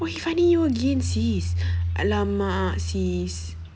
!wah! you funny you again sis !alamak! sis